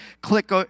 click